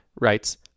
writes